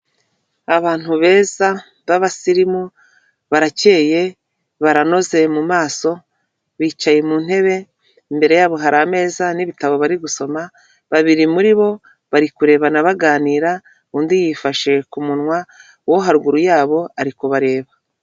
Abantu beza b'abasirimu, barakeye baranoze mu maso, bicaye mu ntebe, imbere yabo hari ameza n'ibitabo bari gusoma, babiri muri bo bari kurebana baganira, undi yifashe ku munwa, uwo haruguru yabo ari kubareba.